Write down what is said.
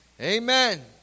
Amen